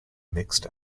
mixed